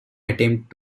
attempt